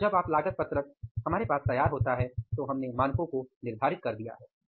अतः जब वह लागत पत्रक हमारे पास तैयार होता है तो हमने मानकों को निर्धारित कर दिया है